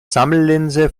sammellinse